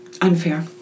Unfair